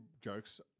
jokes